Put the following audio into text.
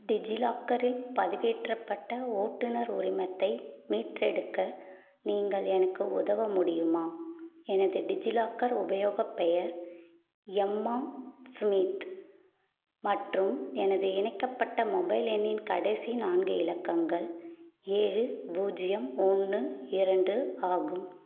டிஜிலாக்கரில் பதிவேற்றப்பட்ட ஓட்டுநர் உரிமத்தை மீட்டெடுக்க நீங்கள் எனக்கு உதவமுடியுமா எனது டிஜிலாக்கர் உபயோகப்பெயர் எம்மா சுமித் மற்றும் எனது இணைக்கப்பட்ட மொபைல் எண்ணின் கடைசி நான்கு இலக்கங்கள் ஏழு பூஜ்ஜியம் ஒன்று இரண்டு ஆகும்